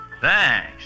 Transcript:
thanks